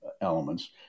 elements